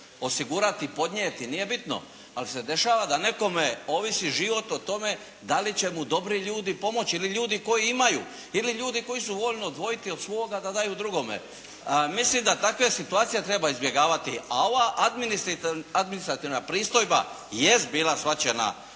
osigurati, podnijeti. Nije bitno. Ali se dešava da nekome ovisi život o tome da li će mu dobri ljudi pomoći ili ljudi koji imaju ili ljudi koji su voljni odvojiti od svoga da daju drugome. Mislim da takve situacije treba izbjegavati. A ova administrativna pristojba jest bila shvaćena